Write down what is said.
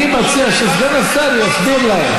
אני חושב שזה נושא להסביר להם.